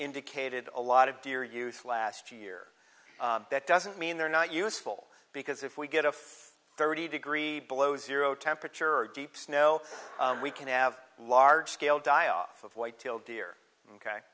indicated a lot of deer use last year that doesn't mean they're not useful because if we get a thirty degree below zero temperatures are deep snow we can have large scale die off of white tail deer ok